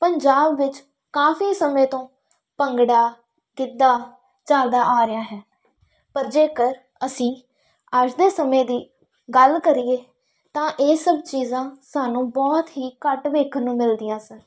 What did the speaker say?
ਪੰਜਾਬ ਵਿੱਚ ਕਾਫੀ ਸਮੇਂ ਤੋਂ ਭੰਗੜਾ ਗਿੱਧਾ ਚੱਲਦਾ ਆ ਰਿਹਾ ਹੈ ਪਰ ਜੇਕਰ ਅਸੀਂ ਅੱਜ ਦੇ ਸਮੇਂ ਦੀ ਗੱਲ ਕਰੀਏ ਤਾਂ ਇਹ ਸਭ ਚੀਜ਼ਾਂ ਸਾਨੂੰ ਬਹੁਤ ਹੀ ਘੱਟ ਵੇਖਣ ਨੂੰ ਮਿਲਦੀਆਂ ਸਨ